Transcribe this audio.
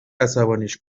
عصبانیش